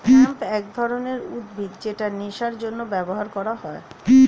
hemp এক ধরনের উদ্ভিদ যেটা নেশার জন্য ব্যবহার করা হয়